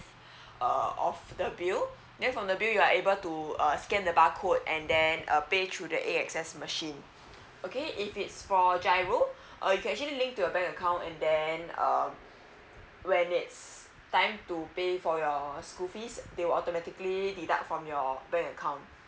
uh of the bill then from the bill you are able to uh scan the bar code and then uh pay through the axs machine okay if it's for a giro uh you can actually link to your bank account and then um when it's time to pay for your school fees they'll automatically deduct from your bank account